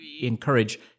encourage